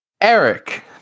Eric